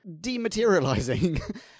dematerializing